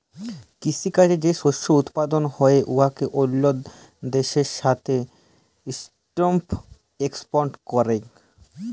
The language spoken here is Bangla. কিসি কাজে যে শস্য উৎপাদল হ্যয় উয়াকে অল্য দ্যাশের সাথে ইম্পর্ট এক্সপর্ট ক্যরা